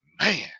man